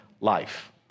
life